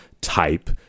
type